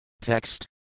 Text